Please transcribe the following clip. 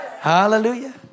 Hallelujah